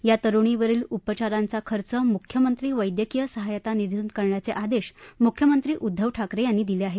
या तरुणीवरील उपचारांचा खर्च मुख्यमंत्री वैद्यकीय सहायता निधीतून करण्याचे आदेश मुख्यमंत्री उद्धव ठाकरे यांनी दिले आहेत